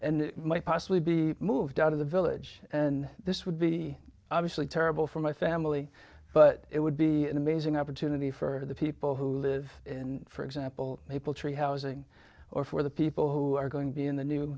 and might possibly be moved out of the village and this would be obviously terrible for my family but it would be an amazing opportunity for the people who live in for example maple tree housing or for the people who are going to be in the new